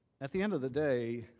at the end of the day,